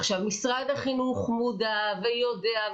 עכשיו משרד החינוך מודע ויודע,